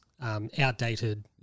outdated